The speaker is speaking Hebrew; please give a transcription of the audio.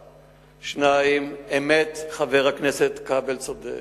שנית, אמת, חבר הכנסת כבל צודק.